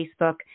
Facebook